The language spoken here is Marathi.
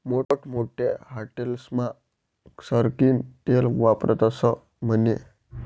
मोठमोठ्या हाटेलस्मा सरकीनं तेल वापरतस म्हने